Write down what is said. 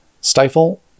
Stifle